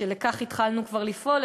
שבכך התחלנו כבר לפעול,